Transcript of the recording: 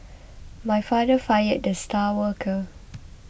my father fired the star worker